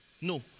no